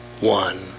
one